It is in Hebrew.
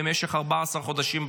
במשך 14 חודשים,